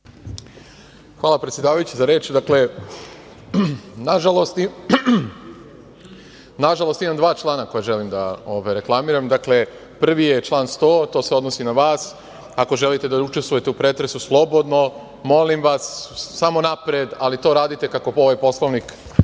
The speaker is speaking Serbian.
Hvala, predsedavajuća. Nažalost, imam dva člana koja želim da reklamiram. Dakle, prvi je član 100, to se odnosi na vas, ako želite da učestvujete u pretresu, slobodno, molim vas, samo napred, ali to radite kako ovaj Poslovnik